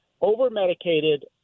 over-medicated